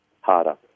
harder